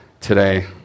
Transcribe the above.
today